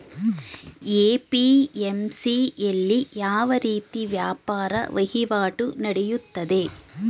APMC ಯಲ್ಲಿ ಯಾವ ರೀತಿ ವ್ಯಾಪಾರ ವಹಿವಾಟು ನೆಡೆಯುತ್ತದೆ?